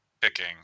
picking